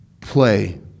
play